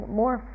more